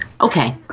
Okay